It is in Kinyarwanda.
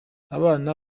abana